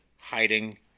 hiding